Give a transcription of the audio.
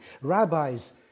Rabbis